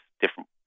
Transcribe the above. different